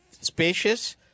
spacious